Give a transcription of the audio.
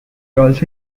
also